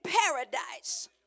paradise